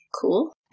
cool